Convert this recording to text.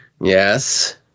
Yes